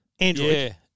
Android